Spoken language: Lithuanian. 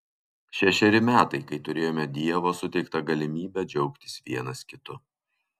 šešeri metai kai turėjome dievo suteiktą galimybę džiaugtis vienas kitu